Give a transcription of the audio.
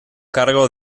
cargo